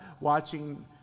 watching